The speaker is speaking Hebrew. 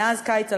מאז קיץ 2011,